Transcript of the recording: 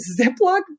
Ziploc